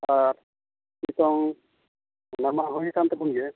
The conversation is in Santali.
ᱟᱨ ᱱᱤᱛᱚᱝ ᱚᱱᱟᱢᱟ ᱦᱩᱭᱟᱠᱟᱱ ᱛᱟᱵᱚᱱ ᱜᱮ